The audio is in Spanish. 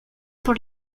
por